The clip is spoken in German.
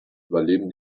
überleben